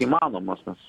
įmanomas nes